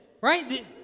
right